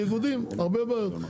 אין לי שום אינטרס,